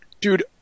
Dude